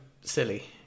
Silly